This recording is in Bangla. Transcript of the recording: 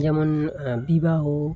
যেমন বিবাহ